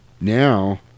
now